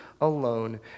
alone